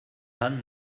wann